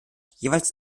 jeweils